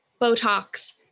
Botox